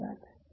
धन्यवाद